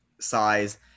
size